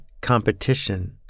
competition